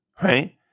Right